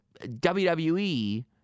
WWE